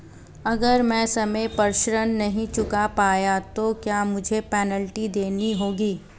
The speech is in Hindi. अगर मैं समय पर ऋण नहीं चुका पाया तो क्या मुझे पेनल्टी देनी होगी?